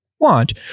Want